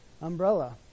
umbrella